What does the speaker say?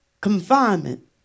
confinement